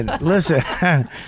listen